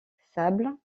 sable